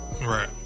Right